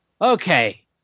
Okay